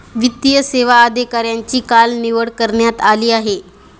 वित्तीय सेवा अधिकाऱ्यांची काल निवड करण्यात आली आहे